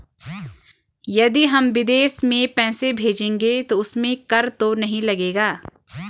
यदि हम विदेश में पैसे भेजेंगे तो उसमें कर तो नहीं लगेगा?